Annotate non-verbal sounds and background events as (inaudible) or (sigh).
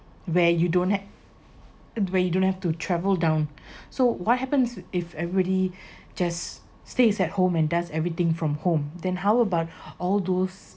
where you don't have where you don't have to travel down (breath) so what happens if everybody just stays at home and does everything from home then how about all those